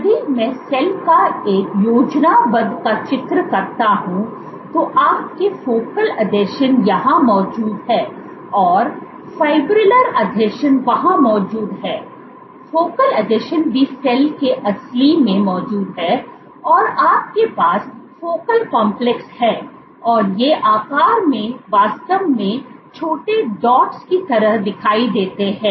यदि मैं सेल का एक योजनाबद्ध का चित्र करता हूं तो आपके फोकल आसंजन यहां मौजूद हैं और फिब्रिलर आसंजन वहां मौजूद हैं फोकल आसंजन भी सेल के असली में मौजूद हैं और आपके पास फोकल कॉम्प्लेक्स हैं और ये आकार में वास्तव में छोटे डॉट्स की तरह दिखाई देते हैं